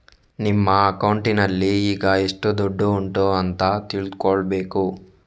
ನಿಮ್ಮ ಅಕೌಂಟಿನಲ್ಲಿ ಈಗ ಎಷ್ಟು ದುಡ್ಡು ಉಂಟು ಅಂತ ತಿಳ್ಕೊಳ್ಬೇಕು